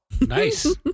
Nice